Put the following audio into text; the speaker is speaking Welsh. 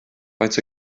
faint